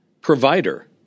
Provider